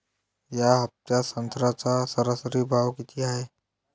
या हफ्त्यात संत्र्याचा सरासरी भाव किती हाये?